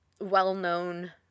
well-known